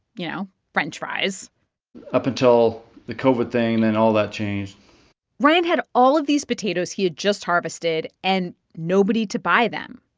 you know, french fries up until the covid thing. then all that changed ryan had all of these potatoes he had just harvested and nobody to buy them.